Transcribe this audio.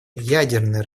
ядерное